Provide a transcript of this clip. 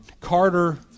Carter